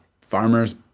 farmer's